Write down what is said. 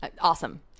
awesome